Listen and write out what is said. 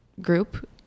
group